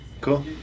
Cool